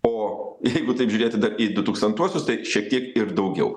o jeigu taip žiūrėt tada į du tūkstantuosius tai šiek tiek ir daugiau